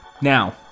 Now